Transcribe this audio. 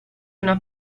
una